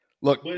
Look